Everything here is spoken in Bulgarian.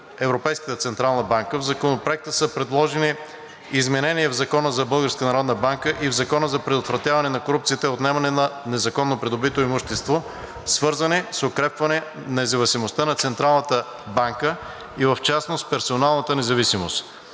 Европейската централна банка в Законопроекта са предложени изменения в Закона за Българската народна банка и в Закона за предотвратяване на корупцията и отнемане на незаконно придобитото имущество, свързани с укрепване независимостта на Централната банка, и в частност персоналната независимост.